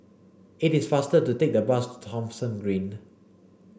it is faster to take the bus Thomson Green